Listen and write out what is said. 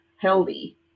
healthy